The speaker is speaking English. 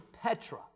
Petra